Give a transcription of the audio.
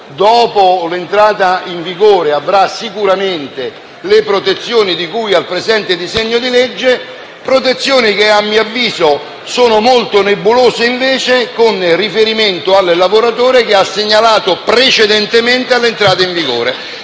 del disegno di legge avrà sicuramente le protezioni di cui al presente disegno di legge, protezioni che, a mio avviso, sono molto nebulose invece con riferimento al lavoratore che ha segnalato precedentemente alla sua entrata in vigore.